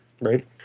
right